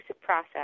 process